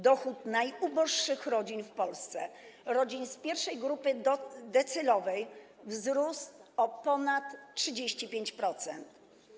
Dochód najuboższych rodzin w Polsce, rodzin z pierwszej grupy decylowej, wzrósł o ponad 35%.